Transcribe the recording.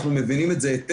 אנחנו מבינים את זה היטב.